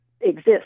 exist